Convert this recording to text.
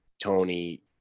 Tony